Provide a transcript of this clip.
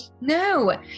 no